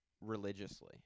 religiously